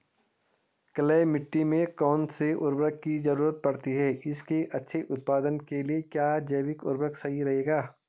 Clay मिट्टी में कौन से उर्वरक की जरूरत पड़ती है इसके अच्छे उत्पादन के लिए क्या जैविक उर्वरक सही रहेगा?